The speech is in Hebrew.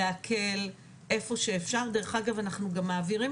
להקל איפה שאפשר דרך אגב אנחנו גם מעבירים